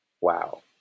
wow